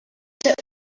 get